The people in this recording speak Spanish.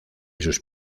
sus